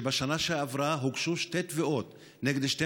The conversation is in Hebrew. שבשנה שעברה הוגשו שתי תביעות נגד שתי